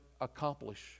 accomplish